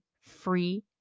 free